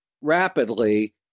rapidly